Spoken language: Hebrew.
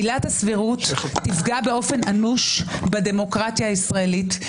עילת הסבירות תפגע באופן אנוש בדמוקרטיה הישראלית,